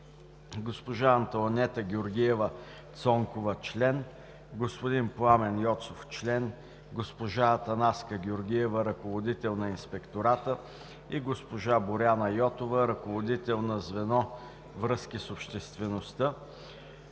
госпожа Антоанета Георгиева-Цонкова – член, господин Пламен Йоцов – член, госпожа Атанаска Георгиева – ръководител на Инспектората, и госпожа Боряна Йотова – ръководител на звено „Връзки с обществеността“;